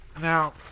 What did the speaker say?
Now